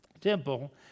temple